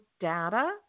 data